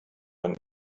man